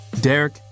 Derek